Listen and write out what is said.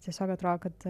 tiesiog atrodo kad